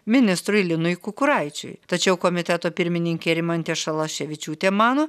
ministrui linui kukuraičiui tačiau komiteto pirmininkė rimantė šalaševičiūtė mano